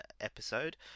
episode